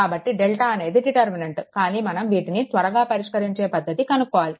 కాబట్టి డెల్టా అనేది డిటర్మినెంట్ కానీ మనం వీటిని త్వరగా పరిష్కరించే పద్దతి కనుక్కోవాలి